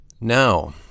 Now